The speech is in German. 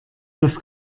das